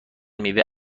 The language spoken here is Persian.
میوه